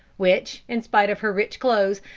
which, in spite of her rich clothes,